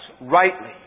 rightly